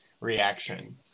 reaction